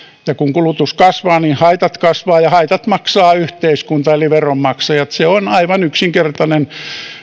kun kulutus kasvaa haitat kasvavat ja haitat maksaa yhteiskunta eli veronmaksajat se on aivan yksinkertainen